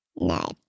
No